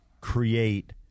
create